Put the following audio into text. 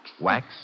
Wax